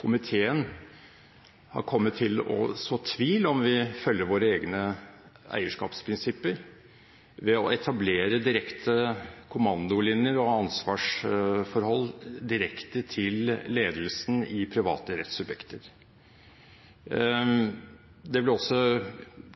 komiteen har kommet til å så tvil om hvorvidt vi følger våre egne eierskapsprinsipper, ved å etablere direkte kommandolinjer og ansvarsforhold til ledelsen i private rettssubjekter. Det ble også